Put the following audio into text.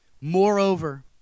Moreover